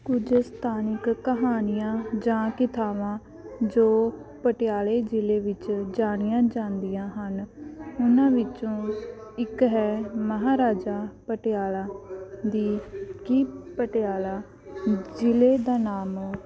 ਕੁਝ ਸਥਾਨਿਕ ਕਹਾਣੀਆਂ ਜਾਂ ਕਥਾਵਾਂ ਜੋ ਪਟਿਆਲੇ ਜਿਲ੍ਹੇ ਵਿੱਚ ਜਾਣੀਆਂ ਜਾਂਦੀਆਂ ਹਨ ਉਹਨਾਂ ਵਿੱਚੋਂ ਇੱਕ ਹੈ ਮਹਾਰਾਜਾ ਪਟਿਆਲਾ ਦੀ ਕਿ ਪਟਿਆਲਾ ਜਿਲ੍ਹੇ ਦਾ ਨਾਮ